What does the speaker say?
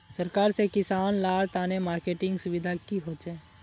सरकार से किसान लार तने मार्केटिंग सुविधा की होचे?